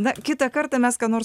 na kitą kartą mes ką nors